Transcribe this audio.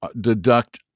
deduct